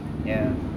ya